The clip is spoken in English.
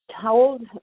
told